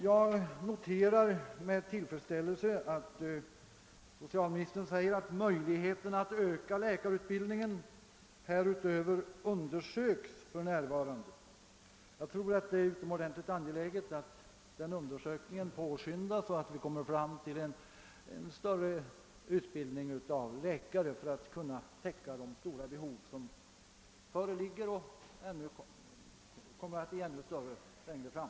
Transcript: Jag noterar med tillfredsställelse att socialministern meddelade att möjligheterna att öka läkarutbildningen för närvarande undersöks. Jag tror att det är utomordentligt angeläget att detta arbete påskyndas och att vi snabbt får till stånd en mera omfattande utbildning av läkare för att kunna täcka det stora behov som nu föreligger och som kommer att bli ännu större längre fram.